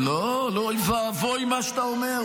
לא, אוי ואבוי מה שאתה אומר.